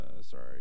sorry